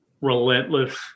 relentless